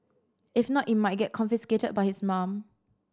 if not it might get confiscated by his mum